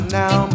now